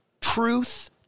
Truth